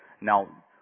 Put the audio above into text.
Now